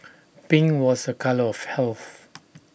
pink was A colour of health